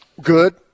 Good